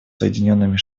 соединенными